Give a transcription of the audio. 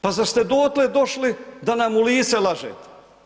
Pa zar ste dotle došli da nam u lice lažete?